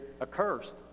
accursed